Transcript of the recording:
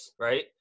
right